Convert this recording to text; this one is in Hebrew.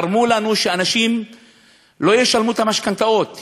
גרמו לכך שאנשים לא ישלמו את המשכנתאות,